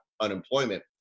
unemployment